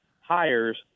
hires